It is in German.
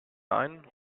ein